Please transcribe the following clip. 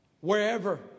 Wherever